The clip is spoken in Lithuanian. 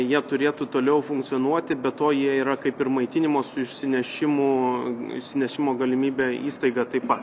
jie turėtų toliau funkcionuoti be to jie yra kaip ir maitinimo su išsinešimu išsinešimo galimybe įstaiga taip pat